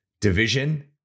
division